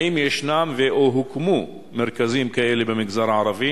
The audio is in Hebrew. האם ישנם ו/או הוקמו מרכזים כאלה במגזר הערבי?